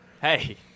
Hey